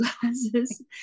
glasses